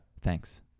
Thanks